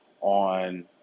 on